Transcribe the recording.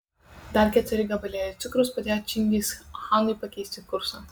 dar keturi gabalėliai cukraus padėjo čingischanui pakeisti kursą